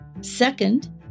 Second